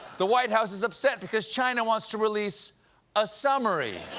the white house is upset because china wants to release a summary?